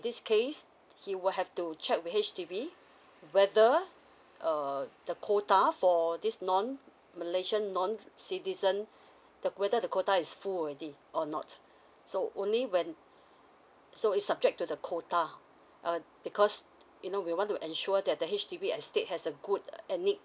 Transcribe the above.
this case he will have to check with H_D_B whether err the quota for this non malaysian non citizen the whether the quota is full already or not so only when so is subject to the quota err because you know we want to ensure that the H_D_B estate has a good and meet